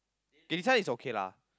this one is okay lah